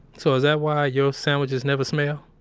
so, is that why your sandwiches never smell?